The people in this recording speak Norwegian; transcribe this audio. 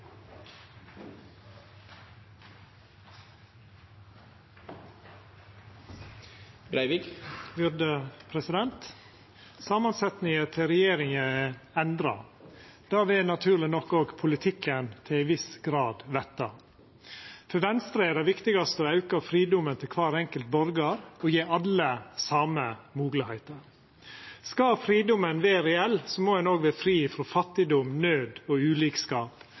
viss grad verta. For Venstre er det viktigaste å auka fridomen til kvar enkelt borgar og gje alle dei same moglegheitene. Skal fridomen vera reell, må ein òg vera fri frå fattigdom, naud og ulikskap